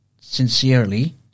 sincerely